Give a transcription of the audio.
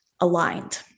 aligned